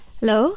hello